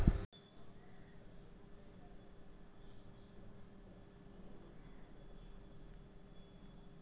loan agreement ಮಾಡಾಗ ಮೂರನೇ ದವ್ರು ಯಾರ್ನ ಗೊತ್ತಿದ್ದವ್ರು ಸೆಕ್ಯೂರಿಟಿ ಕೊಡ್ತಾರ